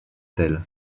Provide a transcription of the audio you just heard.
hôtels